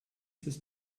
ist